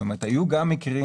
זאת אומרת, היו גם מקרים